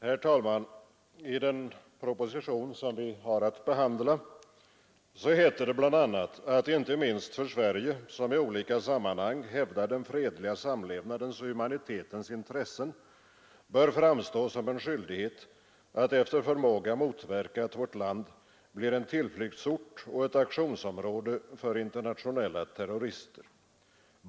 Herr talman! I den proposition som vi har att behandla heter det bl.a. att inte minst för Sverige, som i olika sammanhang hävdar den fredliga samlevnadens och humanitetens intressen, bör det framstå som en skyldighet att efter förmåga motverka att vårt land blir en tillflyktsort och ett aktionsområde för internationella terrorister.